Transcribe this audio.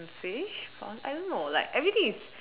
a fish found I don't know like everything is